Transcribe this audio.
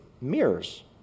mirrors